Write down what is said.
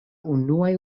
unuaj